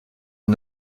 est